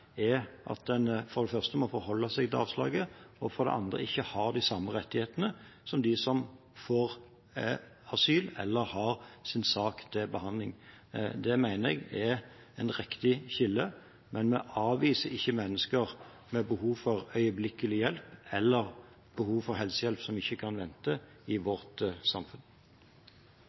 er at en for det første må forholde seg til avslaget, og for det andre ikke har de samme rettighetene som de som får asyl eller har sin sak til behandling. Det mener jeg er et riktig skille. Men vi avviser ikke mennesker med behov for øyeblikkelig hjelp eller behov for helsehjelp som ikke kan vente, i vårt samfunn.